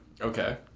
okay